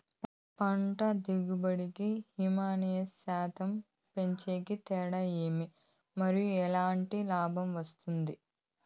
పంట దిగుబడి కి, హ్యూమస్ శాతం పెంచేకి తేడా ఏమి? మరియు ఎట్లాంటి లాభం ఉంటుంది?